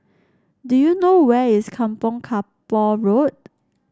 do you know where is Kampong Kapor Road